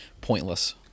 pointless